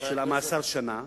של מאסר שנה,